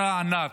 אתה ענק.